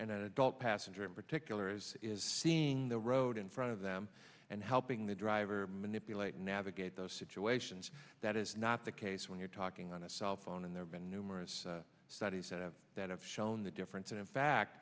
and an adult passenger in particulars is seeing the road in front of them and helping the driver manipulate navigate those situations that is not the case when you're talking on a cell phone and there's been numerous studies that have shown the difference and in fact